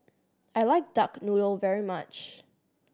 I like duck noodle very much